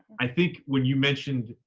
i think when you mentioned,